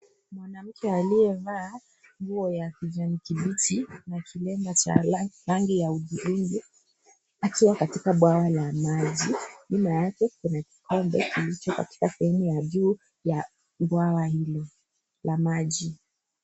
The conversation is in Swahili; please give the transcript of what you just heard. Mwanamke aliyevaa nguo ya kijani kibichi akiwa katika bwawa la maji bwawa hili la maji.